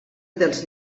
dels